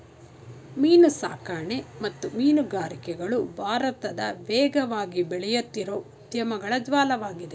ಮೀನುಸಾಕಣೆ ಮತ್ತು ಮೀನುಗಾರಿಕೆಗಳು ಭಾರತದ ವೇಗವಾಗಿ ಬೆಳೆಯುತ್ತಿರೋ ಉದ್ಯಮಗಳ ಜಾಲ್ವಾಗಿದೆ